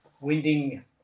winding